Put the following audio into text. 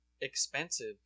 expensive